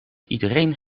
iedereen